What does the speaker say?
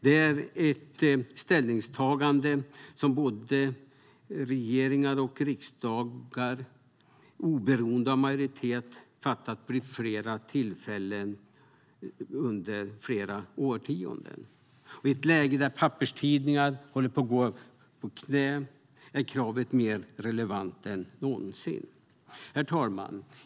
Det är ett ställningstagande som både regeringar och riksdagar oberoende av majoritet gjort vid flera tillfällen under flera årtionden. I ett läge där papperstidningarna går på knäna är kravet mer relevant än någonsin. Herr talman!